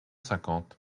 cinquante